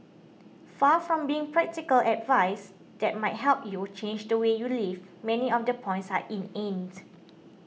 far from being practical advice that might help you change the way you live many of the points are